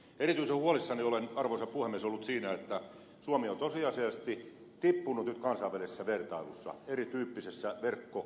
erityisen huolissani olen arvoisa puhemies ollut siitä että suomi on tosiasiallisesti tippunut nyt kansainvälisessä vertailussa erityyppisessä verkon käytössä